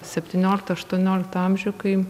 septynioliktą aštuonioliktą amžių kai